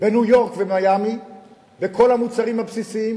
בניו-יורק ומיאמי בכל המוצרים הבסיסים,